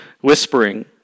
whispering